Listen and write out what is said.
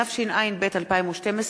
התשע”ב 2012,